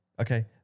okay